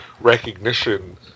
recognition